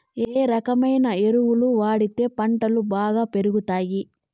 ఏ రకమైన ఎరువులు వాడితే పంటలు బాగా పెరుగుతాయి?